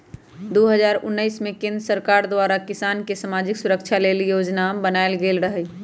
दू हज़ार उनइस में केंद्र सरकार द्वारा किसान के समाजिक सुरक्षा लेल जोजना बनाएल गेल रहई